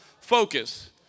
focus